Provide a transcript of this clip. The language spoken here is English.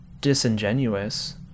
disingenuous